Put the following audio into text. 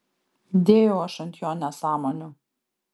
dėjau aš ant jo nesąmonių